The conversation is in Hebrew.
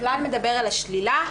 הכלל מדבר על השלילה,